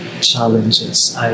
challenges